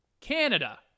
Canada